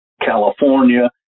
California